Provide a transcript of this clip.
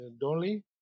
Dolly